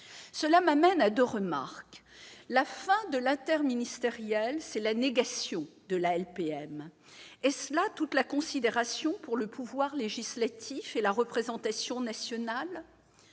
Cela m'amène à deux remarques. La fin de l'interministériel, c'est la négation de la LPM. Est-ce là toute la considération pour le pouvoir législatif et la représentation nationale ?